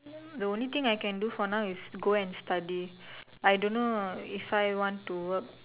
the only thing I can do for now is go and study I don't know if I want to work